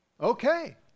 okay